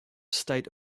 state